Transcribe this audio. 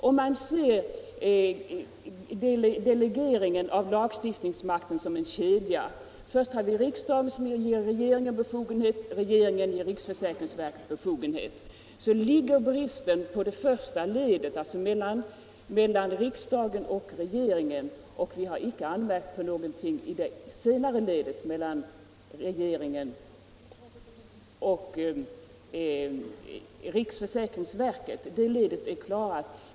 Om man ser delegeringen av lagstiftningsmakten som en kedja, där först riksdagen ger regeringen befogenhet och regeringen i sin tur ger riksförsäkringsverket befogenhet, brister det här i det första ledet mellan riksdagen och regeringen. Vi har inte anmärkt på någonting i det senare ledet mellan regeringen och riksförsäkringsverket.